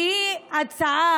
כי היא הצעה,